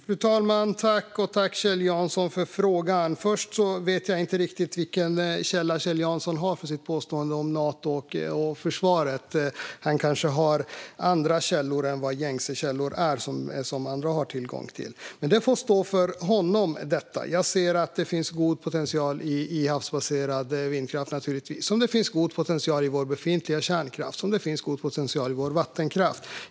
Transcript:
Fru talman! Tack, Kjell Jansson, för frågan! Först och främst vet jag inte vilken källa Kjell Jansson har för sitt påstående om Nato och försvaret. Han kanske har andra källor än de gängse som vi andra har tillgång till. Detta får stå för honom. Jag ser naturligtvis att det finns god potential i havsbaserad vindkraft. På samma sätt finns det god potential i vår befintliga kärnkraft och i vår vattenkraft.